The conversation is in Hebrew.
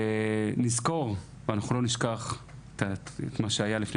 נזכור ואנחנו לא נשכח את מה שהיה לפני